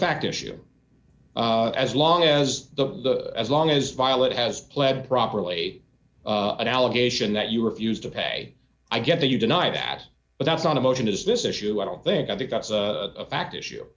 fact issue as long as the as long as violet has pled properly an allegation that you refused to pay i get that you deny that but that's on a motion is this issue i don't think i think that's a fact issue